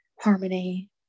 harmony